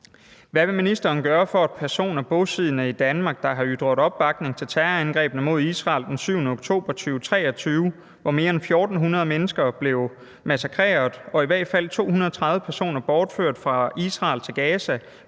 Hvad vil ministeren gøre, for at personer bosiddende i Danmark, der har ytret opbakning til terrorangrebene mod Israel den 7. oktober 2023, hvor mere end 1.400 mennesker blev massakreret og i hvert fald 230 personer bortført fra Israel til Gaza,